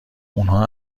اونها